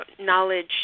knowledge